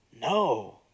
No